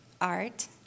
art